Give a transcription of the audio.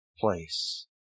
place